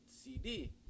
cd